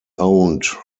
owned